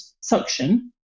suction